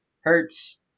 Hertz